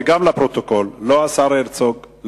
וגם לפרוטוקול: לא השר הרצוג,